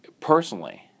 personally